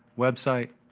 website,